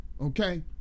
Okay